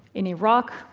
in iraq,